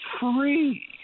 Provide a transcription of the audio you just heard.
free